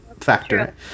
factor